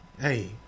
Hey